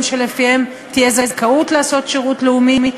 שלפיהם תהיה זכאות לעשות שירות לאומי,